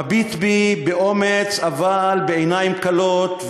מביט בי באומץ אבל בעיניים כלות,